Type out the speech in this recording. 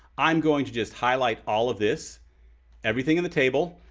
i'm going to just highlight all of this everything on the table.